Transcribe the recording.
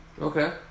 Okay